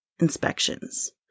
inspections